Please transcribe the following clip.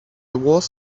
was